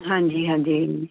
ਹਾਂਜੀ ਹਾਂਜੀ